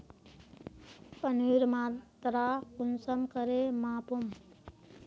पानीर मात्रा कुंसम करे मापुम?